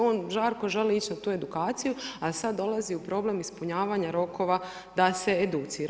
On žarko želi ići na tu edukaciju a sad dolazi u problem ispunjavanja rokova da se educira.